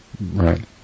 Right